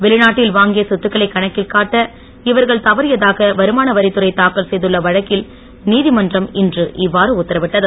வெளிநாட்டில் வாங்கிய சொத்துக்களை கணக்கில் காட்ட இவர்கள் தவறியதாக வருமானவரித் துறை தாக்கல் செய்துள்ள வழக்கில் நீதிமன்றம் இன்று இவ்வாறு உத்தரவிட்டது